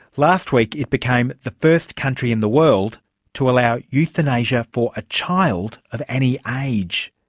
last week it became the first country in the world to allow euthanasia for a child of any age.